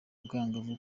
bwangavu